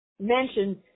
mentioned